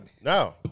No